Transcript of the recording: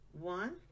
one